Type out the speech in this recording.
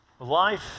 Life